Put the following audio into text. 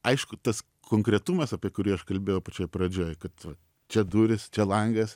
aišku tas konkretumas apie kurį aš kalbėjau pačioj pradžioj kad va čia durys langas